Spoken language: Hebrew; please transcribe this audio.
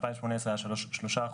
2018 היה 3.45%,